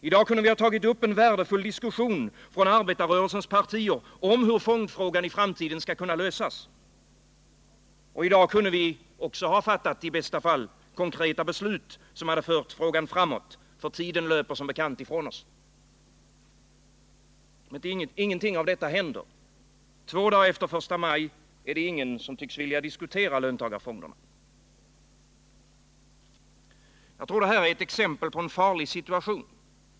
I dag kunde vi haft en värdefull diskussion från arbetarrörelsens partier om hur fondfrågan skall kunna lösas. I dag kunde vi också i bästa fall ha fattat konkreta beslut som fört frågan framåt, för tiden löper som bekant ifrån oss. Men ingenting av detta händer. Två dagar efter första maj är det ingen som tycks vilja diskutera löntagarfonderna. Jag tror detta är ett exempel på en farlig situation.